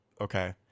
Okay